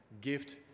gift